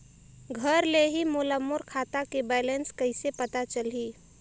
घर ले ही मोला मोर खाता के बैलेंस कइसे पता चलही?